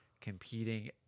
competing